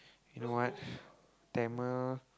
you know what Tamil